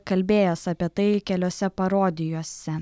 kalbėjęs apie tai keliose parodijose